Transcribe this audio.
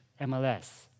MLS